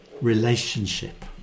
relationship